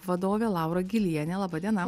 vadovė laura gilienė laba diena